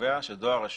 קובע שדואר רשום,